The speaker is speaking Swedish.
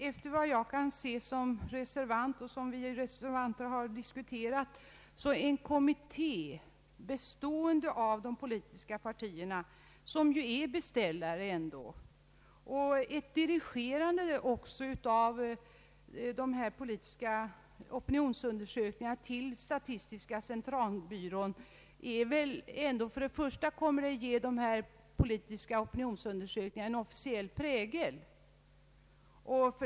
Efter vad jag i egenskap av reservant kan förstå — kommer ett dirigerande av de här politiska opinionsundersökningarna till statistiska centralbyrån att ge dessa en officiell prägel.